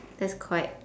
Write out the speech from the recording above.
that's quite